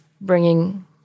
bringing